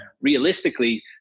realistically